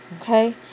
Okay